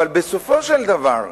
אבל בסופו של דבר,